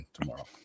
tomorrow